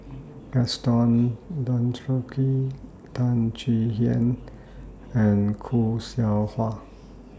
Gaston Dutronquoy Teo Chee Hean and Khoo Seow Hwa